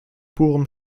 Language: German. purem